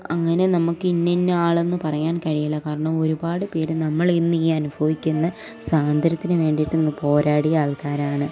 അങ്ങനെ നമുക്ക് ഇന്നന്ന ആളെന്ന് പറയാൻ കഴിയില്ല കാരണം ഒരുപാട് പേര് നമ്മൾ ഇന്ന് ഈ അനുഭവിക്കുന്ന സ്വാതന്ത്രത്തിന് വേണ്ടിട്ടൊന്ന് പോരാടിയ ആൾക്കാരാണ്